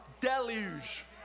deluge